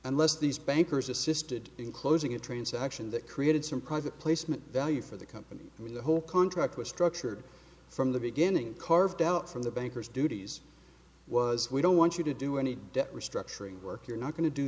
unless these bankers assisted in closing a transaction that created some private placement value for the company when the whole contract was structured from the beginning carved out from the banker's duties was we don't want you to do any debt restructuring work you're not going to do